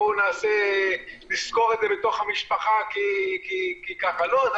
בואו נסגור את זה בתוך המשפחה כי ככה עושים.